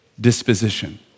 disposition